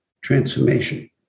transformation